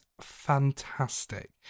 fantastic